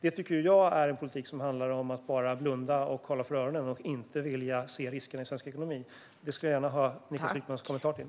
Det tycker jag är en politik som handlar om att bara blunda och hålla för öronen och inte vilja se riskerna i svensk ekonomi. Det skulle jag gärna vilja ha Niklas Wykmans kommentar till.